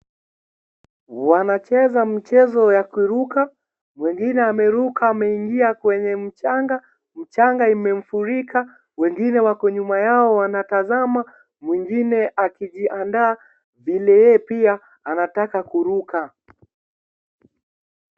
Wanacheza mchezo wa kuruka, mwingine ameruka ameingia kwenye mchanga, mchanga imemfurika wengine wako nyuma yao wanatazama, mwingine akijiandaa vile yeye pia anataka kuruka.